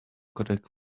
codec